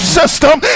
system